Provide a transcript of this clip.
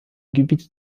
gebiet